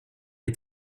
est